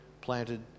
planted